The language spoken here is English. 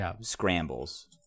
Scrambles